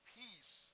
peace